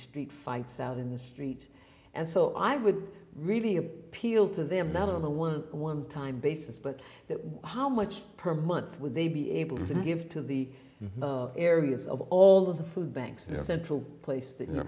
street fights out in the street and so i would really peel to them out of a one one time basis but that how much per month would they be able to give to the areas of all of the food banks the central place